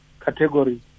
category